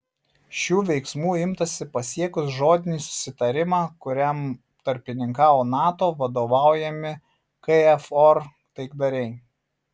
šių veiksmų imtasi pasiekus žodinį susitarimą kuriam tarpininkavo nato vadovaujami kfor taikdariai